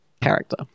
character